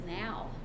now